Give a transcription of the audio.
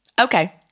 Okay